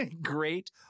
Great